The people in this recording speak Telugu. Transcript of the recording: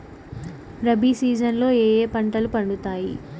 రబి సీజన్ లో ఏ ఏ పంటలు పండుతాయి